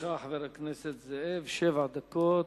לרשותך, חבר הכנסת זאב, שבע דקות.